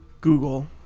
google